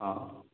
ହଁ